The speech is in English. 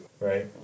right